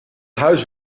huis